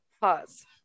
Pause